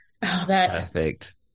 perfect